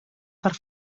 per